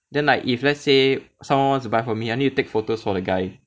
then like if let's say someone wants to buy from me I need to take photos for the guy